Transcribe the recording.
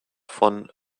von